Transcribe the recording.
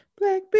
black